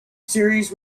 series